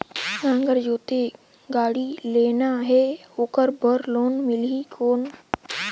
नागर जोते गाड़ी लेना हे ओकर बार लोन मिलही कौन?